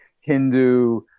Hindu